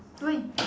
why